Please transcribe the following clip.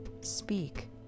speak